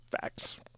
Facts